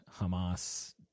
hamas